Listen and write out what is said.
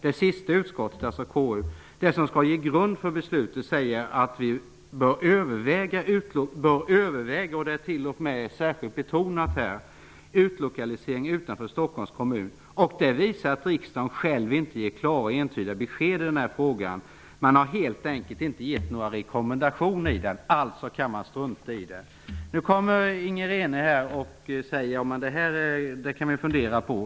Det sista utskottet, det som skall ge grund för beslutet -- alltså KU -- säger att man bör överväga utlokalisering utanför Stockholms kommun. Det visar att riksdagen själv inte ger klara och entydiga besked i den här frågan. Man har helt enkelt inte givit några rekommendationer. Kulturministern menar alltså att man kan strunta i det som utskottet sagt. Inger René sade att vi kan fundera över frågan.